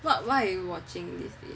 what are you watching these days